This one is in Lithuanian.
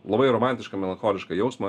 labai romantišką melancholišką jausmą